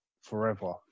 forever